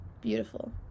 Beautiful